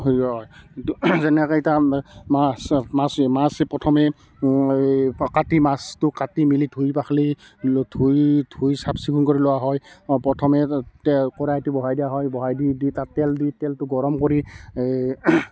কিন্তু যেনেকৈ এতিয়া আমি মাছ মাছেই মাছ প্ৰথমে এই কাটি মাছটো কাটি মেলি ধুই পখালি ধুই ধুই চাফ চিকুণ কৰি লোৱা হয় প্ৰথমে তেল কেৰাহিটো বহাই দি দিয়া হয় বহাই দি দি তাত তেল দি তেলটো গৰম কৰি এই